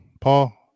Paul